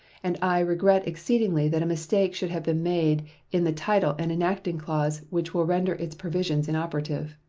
and i regret exceedingly that a mistake should have been made in the title and enacting clause which will render its provisions inoperative.